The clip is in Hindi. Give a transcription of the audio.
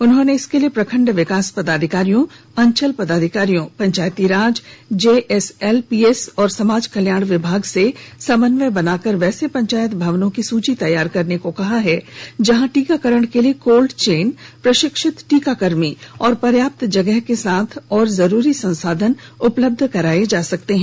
उन्होंने इसके लिए प्रखंड विकास पदाधिकारियों अंचल पदाधिकारियों पंचायती राज जेएसएलपीएस और समाज कल्याण विभाग से समन्वय बनाकर वैसे पंचायत भवनों की सुची तैयार करने को कहा है जहां टीकाकरण के लिए कोल्ड चैन प्रशिक्षित टीकाकर्मी और पर्याप्त जगह के साथ और जरूरी संसाधन उपलब्ध कराए जा सकते हैं